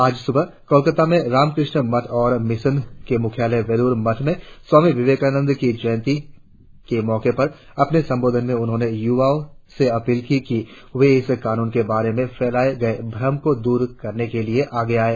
आज सुबह कोलकाता में राम कृष्ण मठ और मिशन के मुख्यालय बेलूर मठ में स्वामी विवेकानंद की जयन्ती के मौके पर अपने सम्बोधन में उन्होंने युवाओ से अपील की कि वे इस कानून के बारे में फैलाये गये भ्रम को दूर करने के लिए आगे आयें